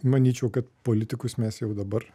manyčiau kad politikus mes jau dabar